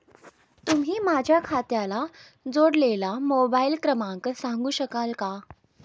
तुम्ही माझ्या खात्याला जोडलेला मोबाइल क्रमांक सांगू शकाल का?